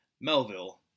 Melville